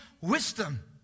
wisdom